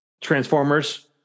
transformers